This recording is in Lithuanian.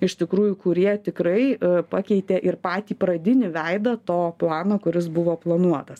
iš tikrųjų kurie tikrai pakeitė ir patį pradinį veidą to plano kuris buvo planuotas